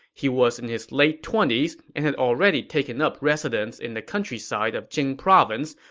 he was in his late twenty s and had already taken up residence in the countryside of jing province,